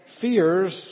fears